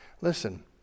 Listen